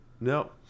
No